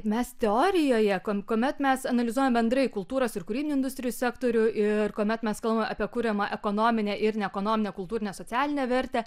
mes teorijoje ko komet mes analizuojamebendrai kultūros ir kūrybinių industrijų sektorių ir kuomet mes kalbam apie kuriamą ekonominę ir ekonominę kultūrinę socialinę vertę